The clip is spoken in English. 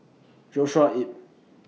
Joshua Ip